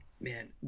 man